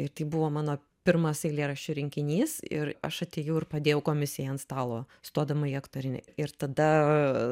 ir tai buvo mano pirmas eilėraščių rinkinys ir aš atėjau ir padėjau komisijai ant stalo stodama į aktorinį ir tada